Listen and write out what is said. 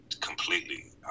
completely